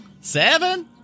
Seven